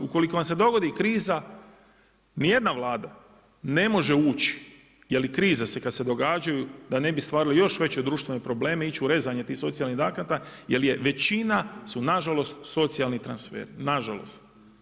Ukoliko vam se dogodi kriza, nijedna Vlada ne može ući, jer kriza kad se događa da ne bi stvarali još veće društvene probleme, ići u rezanje tih socijalnih naknada jer većina su nažalost socijalni transferi, nažalost.